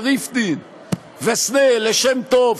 ריפתין וסנה לשם טוב,